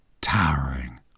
towering